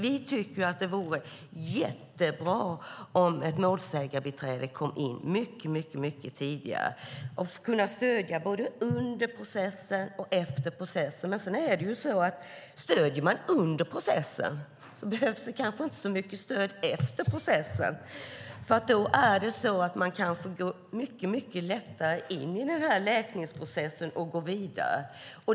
Vi tycker att det vore jättebra om ett målsägandebiträde kom in mycket tidigare för att kunna stödja både under processen och efter processen. Men stöder man under processen behövs det kanske inte så mycket stöd efter processen, för då kanske de mycket lättare går in i läkningsprocessen och går vidare.